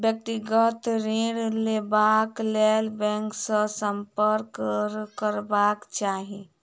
व्यक्तिगत ऋण लेबाक लेल बैंक सॅ सम्पर्क करबाक चाही